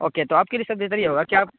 okay تو آپ کے لیے سر بہتر یہ ہوگا کہ آپ